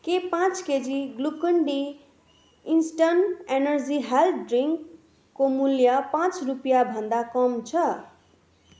के पाँच KG Glucon D instant energy health ड्रिङ्कको मूल्य पाँच रुपियाँभन्दा कम छ